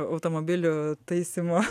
automobilių taisymo